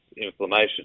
inflammation